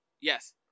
Yes